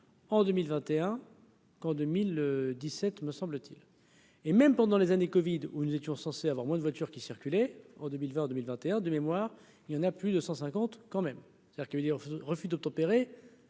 en 2021 qu'en 2017, me semble-t-il, et même pendant les années Covid, où nous étions censés avoir moins de voitures qui circulaient en 2020, 2021, de mémoire, il y en a plus de 150 quand même, c'est-à-dire qu'il veut dire, refus d'obtempérer,